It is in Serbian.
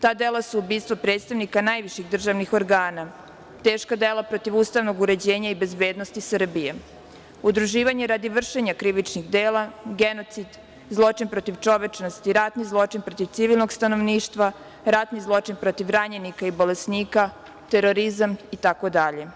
Ta dela su ubistvo predstavnika najviših državnih organa, teška dela protiv ustavnog uređenja i bezbednosti Srbije, udruživanje radi vršenja krivičnih dela, genocid, zločin protiv čovečnosti, ratni zločin protiv civilnog stanovništva, ratni zločin protiv ranjenika i bolesnika, terorizam, itd.